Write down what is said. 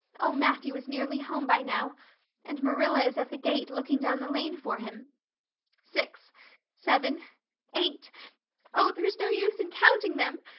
oh, matthew is nearly home by now and marilla is at the gate, looking down the lane for him six seven eight oh, there's no use in counting them!